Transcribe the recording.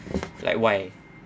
like why